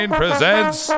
presents